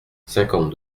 cinquante